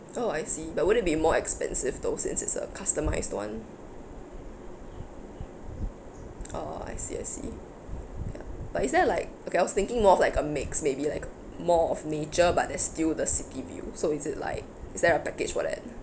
oh I see but would it be more expensive though since it's a customized one oh I see I see ya but it's there like okay I was thinking more of like a mix maybe like more of nature but there's still the city view so is it like is there a package for that